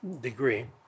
degree